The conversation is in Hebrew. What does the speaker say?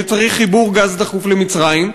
שצריך חיבור גז דחוף למצרים,